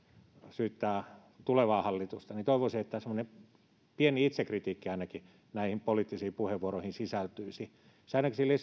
syyttää tulevaa hallitusta toivoisin että semmoinen pieni itsekritiikki ainakin näihin poliittisiin puheenvuoroihin sisältyisi se ainakin